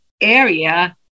area